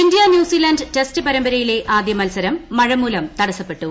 India New Zealand test പരമ്പരയിലെ ആദ്യമത്സരം മഴമൂലം തടസ്സപ്പെട്ടു